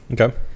Okay